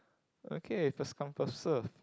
okay first come first serve